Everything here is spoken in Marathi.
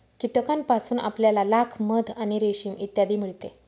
कीटकांपासून आपल्याला लाख, मध आणि रेशीम इत्यादी मिळते